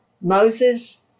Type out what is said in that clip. Moses